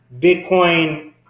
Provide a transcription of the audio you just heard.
Bitcoin